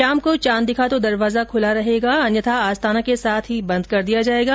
शाम को चांद दिखा तो दरवाजा खुला रहेगा अन्यथा आस्ताना के साथ ही बंद कर दिया जायेगा